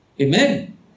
Amen